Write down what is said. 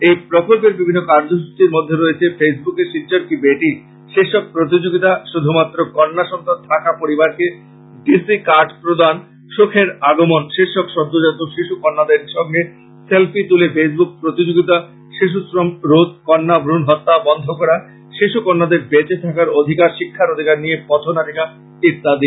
এই প্রকল্পের বিভিন্ন কার্যসূচীর মধ্যে রয়েছে ফেসবুকে শিলচর কী বেটী শীর্ষক প্রতিযোগীতা শুধুমাত্র কন্যা সন্তান থাকা পরিবারকে ডি সি কার্ড প্রদান সুখের আগমন শীর্ষক সদ্যোজাত শিশু কন্যাদের সঙ্গে সেলফি তুলে ফেসবুক প্রতিযোগীতা শিশুশ্রম রোধ কন্যা ভুন হত্যা বন্ধ করা শিশু কন্যাদের বেচে থাকার অধিকার শিক্ষার অধিকার নিয়ে পথ নাটিকা ইত্যাদি